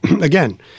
again